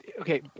Okay